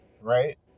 right